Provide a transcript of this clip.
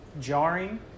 jarring